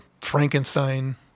Frankenstein